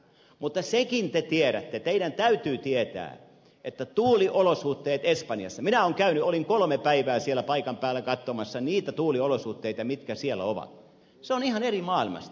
mutta senkin te tiedätte teidän täytyy tietää että tuuliolosuhteet espanjassa minä olen käynyt olin kolme päivää siellä paikan päällä katsomassa niitä tuuliolosuhteita mitkä siellä ovat ovat ihan eri maailmasta